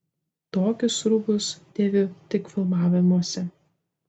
tokius rūbus dėviu tik filmavimuose